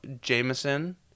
Jameson